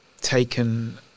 taken